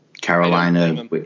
Carolina